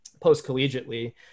post-collegiately